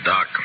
Doc